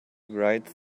writes